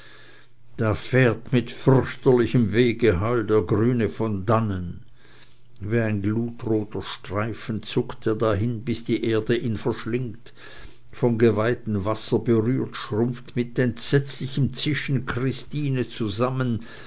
da fährt mit fürchterlichem wehegeheul der grüne von dannen wie ein glutroter streifen zuckt er dahin bis die erde ihn verschlingt vom geweihten wasser berührt schrumpft mit entsetzlichem zischen christine zusammen